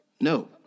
No